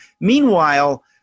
Meanwhile